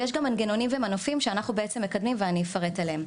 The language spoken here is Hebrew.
יש גם מנגנונים נוספים שאנחנו בעצם מקדמים ואני אפרט מה הם,